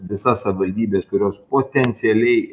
visas savivaldybes kurios potencialiai